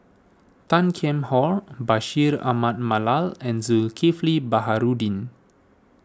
Tan Kheam Hock Bashir Ahmad Mallal and Zulkifli Baharudin